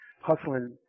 hustling